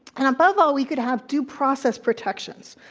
and above all, we could have two process protections.